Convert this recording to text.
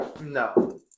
No